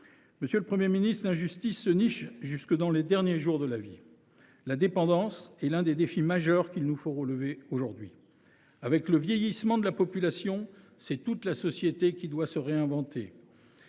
Monsieur le Premier ministre, l’injustice se niche jusque dans les derniers jours de la vie. La dépendance est l’un des défis majeurs qu’il nous faut relever. Avec le vieillissement de la population, c’est toute la société qui doit se réinventer.